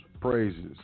praises